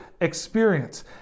experience